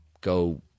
go